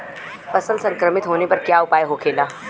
फसल संक्रमित होने पर क्या उपाय होखेला?